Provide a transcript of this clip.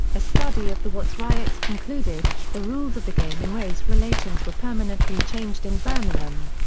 a study of the watts riots concluded, the rules of the game in race relations were permanently changed in birmingham.